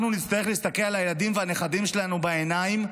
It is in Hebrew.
אנחנו נצטרך להסתכל על הילדים והנכדים שלנו בעיניים,